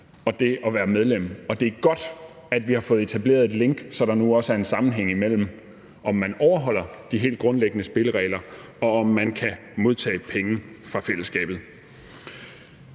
og det at være medlem. Det er godt, at vi har fået etableret et link, så der nu også er en sammenhæng imellem, om man overholder de helt grundlæggende spilleregler, og om man kan modtage penge fra fællesskabet.